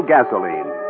Gasoline